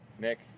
Nick